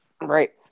Right